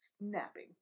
snapping